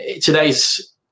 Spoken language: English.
today's